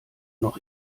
noch